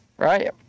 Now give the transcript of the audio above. Right